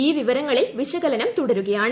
ഈ വിവരങ്ങളിൽ വിശ്ര്കല്നം തുടരുകയാണ്